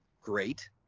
Great